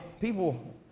people